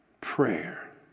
Prayer